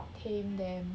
tame them